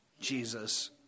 Jesus